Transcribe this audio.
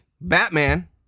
Batman